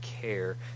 care